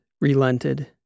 relented